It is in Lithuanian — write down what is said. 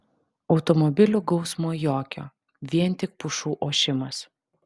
automobilių gausmo jokio vien tik pušų ošimas